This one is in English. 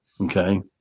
Okay